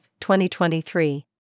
2023